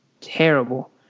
terrible